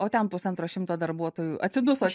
o ten pusantro šimto darbuotojų atsidusot